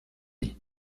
cie